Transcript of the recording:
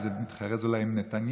וזה מתחרז אולי עם נתניהו,